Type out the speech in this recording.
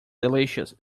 delicious